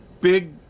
big